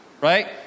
Right